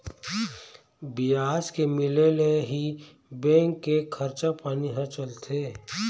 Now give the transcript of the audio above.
बियाज के मिले ले ही बेंक के खरचा पानी ह चलथे